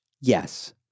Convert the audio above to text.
Yes